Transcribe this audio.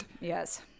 Yes